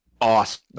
awesome